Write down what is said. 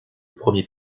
premier